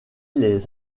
les